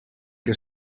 che